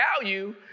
value